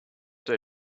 they